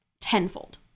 tenfold